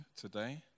today